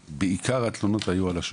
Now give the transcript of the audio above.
בעיקר התלונות היו על השירות.